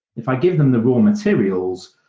if i give them the raw materials,